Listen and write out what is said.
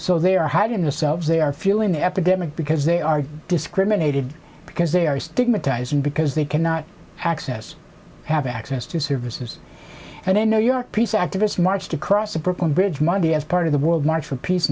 so they are hiding themselves they are fueling the epidemic because they are discriminated because they are stigmatized in because they cannot access have access to services and they know you are peace activists marched across the brooklyn bridge monday as part of the world march for pea